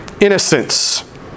innocence